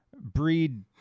breed